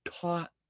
taught